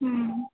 हँ